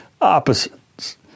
opposites